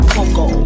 Coco